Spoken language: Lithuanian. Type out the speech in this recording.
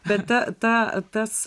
bet ta ta tas